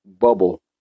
bubble